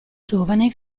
giovane